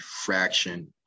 fraction